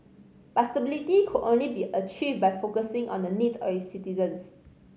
but stability could only be achieved by focusing on the needs of its citizens